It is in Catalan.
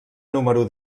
número